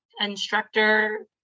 instructor